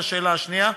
זו השאלה השנייה?